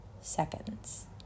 seconds